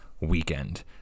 weekend